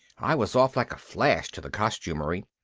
i was off like a flash to the costumery.